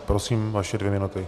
Prosím, vaše dvě minuty.